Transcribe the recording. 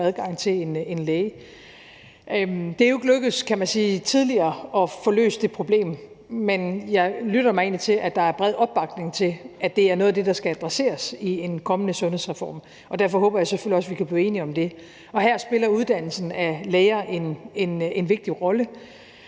adgang til en læge. Det er jo ikke lykkedes, kan man sige, tidligere at få løst det problem, men jeg lytter mig egentlig til, at der er bred opbakning til, at det er noget af det, der skal adresseres i en kommende sundhedsreform, og derfor håber jeg selvfølgelig også, at vi kan blive enige om det. Her spiller uddannelsen af læger og i øvrigt